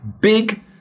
big